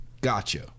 gotcha